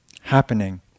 happening